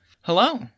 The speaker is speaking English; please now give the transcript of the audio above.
Hello